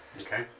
Okay